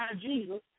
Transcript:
Jesus